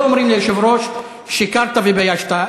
לא אומרים ליושב-ראש "שיקרת" ו"ביישת".